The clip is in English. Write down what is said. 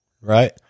right